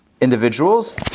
individuals